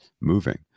moving